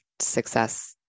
success